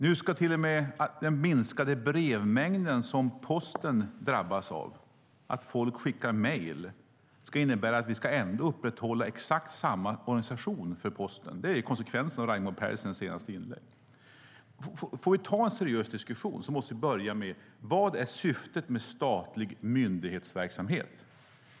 Nu ska till och med den minskade brevmängd som Posten drabbas av genom att folk skickar mejl innebära att vi ändå ska upprätthålla exakt samma organisation för Posten, för det är ju konsekvensen av Raimo Pärssinens senaste inlägg. Ska vi ta en seriös diskussion måste vi börja med vad som är syftet med statlig myndighetsverksamhet.